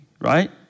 Right